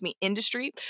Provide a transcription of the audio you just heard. industry